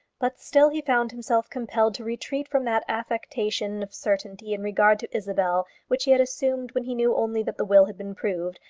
but still he found himself compelled to retreat from that affectation of certainty in regard to isabel which he had assumed when he knew only that the will had been proved,